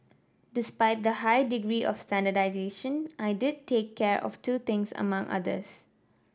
despite the high degree of standardisation I did take care of two things among others